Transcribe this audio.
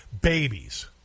babies